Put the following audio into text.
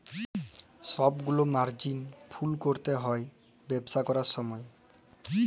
ছব গিলা মার্জিল ফল ক্যরতে হ্যয় ব্যবসা ক্যরার সময়